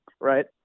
right